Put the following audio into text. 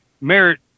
merit